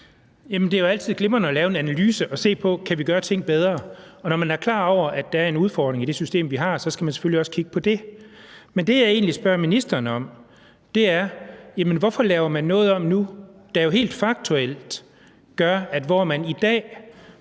det er jo altid glimrende at lave en analyse og se på, om vi kan gøre ting bedre. Når man er klar over, at der er en udfordring i det system, vi har, så skal man selvfølgelig også kigge på det. Men det, jeg egentlig spørger ministeren om, er: Hvorfor laver man noget om nu, der jo helt faktuelt gør, at hvor man i dag